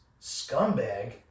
scumbag